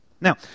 Now